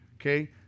Okay